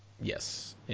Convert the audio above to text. Yes